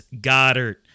Goddard